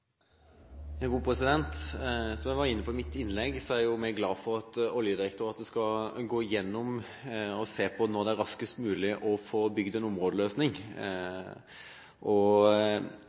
glad for at Oljedirektoratet skal gå igjennom og se på når det er raskest mulig å få bygd en områdeløsning.